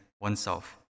oneself